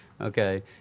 Okay